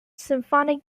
symphonic